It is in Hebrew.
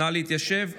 נא להתיישב.